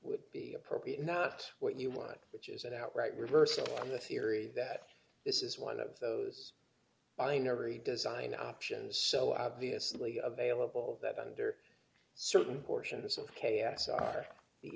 would be appropriate and that's what you want which is an outright reversal on the theory that this is one of those binary design options so obviously of vailable that under certain portions of k s are the